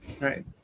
right